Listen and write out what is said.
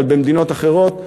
אבל גם במדינות אחרות,